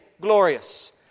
glorious